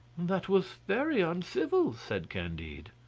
that was very uncivil, said candide.